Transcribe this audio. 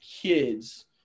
kids